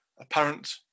Apparent